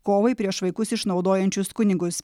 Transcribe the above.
kovai prieš vaikus išnaudojančius kunigus